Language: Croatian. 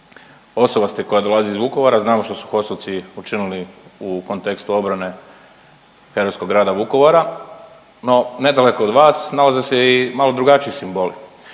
Osoba ste koja dolazi iz Vukovara, znamo što su HOS-ovci učinili u kontekstu obrane herojskog grada Vukovara no nedaleko od vas nalaze se imalo drugačiji simboli.